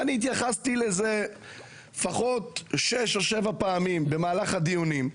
אני התייחסתי לזה לפחות שש או שבע פעמים במהלך הדיונים.